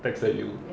texted you